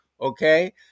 Okay